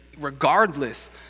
regardless